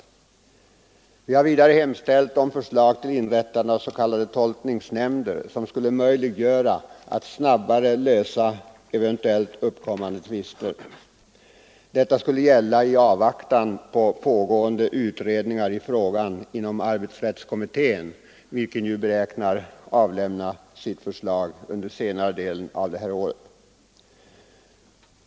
Vi har vidare hemställt om förslag till inrättande av s.k. tolkningsnämnder som skulle möjliggöra snabbare lösning av eventuellt uppkommande tvister. Detta skulle gälla i avvaktan på pågående utredningar i frågan inom arbetsrättskommittén, vilken ju räknar med att avlämna sitt förslag under senare delen av detta år.